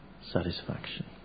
satisfaction